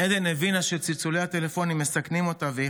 עדן הבינה שצלצולי הטלפונים מסכנים אותה והיא